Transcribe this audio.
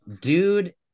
dude